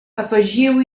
afegiu